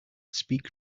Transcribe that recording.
speak